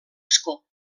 escó